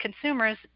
consumers